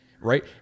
right